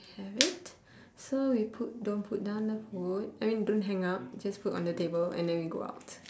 have it so we put don't put down the phone I mean don't hang up just put on the table and then we go out